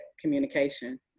communication